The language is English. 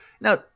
now